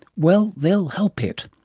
well, they will help it,